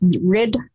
rid